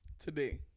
Today